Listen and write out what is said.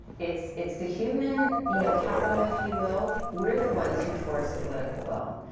it's it's the human you know capital, if you will, we're the ones who force political will.